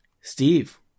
Steve